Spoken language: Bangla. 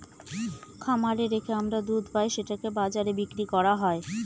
খামারে রেখে আমরা দুধ পাই সেটাকে বাজারে বিক্রি করা হয়